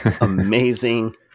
amazing